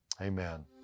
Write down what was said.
amen